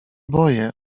boję